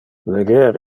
leger